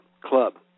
club